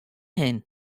hin